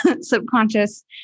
subconscious